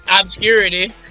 obscurity